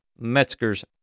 Metzger's